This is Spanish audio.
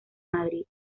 madrid